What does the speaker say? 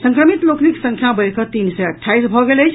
संक्रमित लोकनिक संख्या बढ़ि कऽ तीन सय अट्ठाईस भऽ गेल अछि